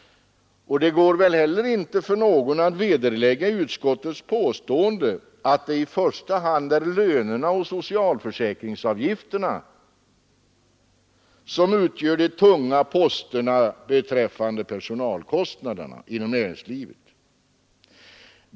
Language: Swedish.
Det går väl heller inte att vederlägga utskottets påstående att det i första hand är lönerna och socialförsäkringsavgifterna som utgör de tunga posterna beträffande personalkostnaderna.